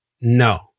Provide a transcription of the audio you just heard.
no